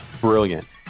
brilliant